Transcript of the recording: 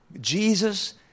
Jesus